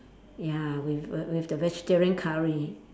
ya with err with the vegetarian curry